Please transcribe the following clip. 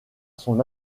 son